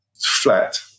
flat